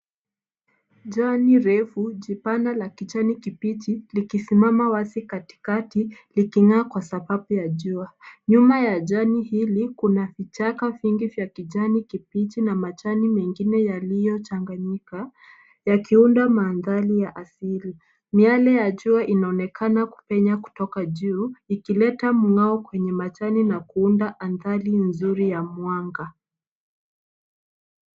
Jani refu jipana la kipichi likisimama wazi katikati liking'aa kwa sababu ya jua. Nyuma ya jani hili, kuna kichaka vingi vya kijani kibichi na majani mengine yaliyochanganyika yakiunda mandhari ya asili. Miale ya jua inaonekana kupenya kutoka juu ikileta mng'ao kwenye majani na kuunda athari nzuri ya mwanga.